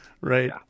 Right